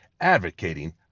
advocating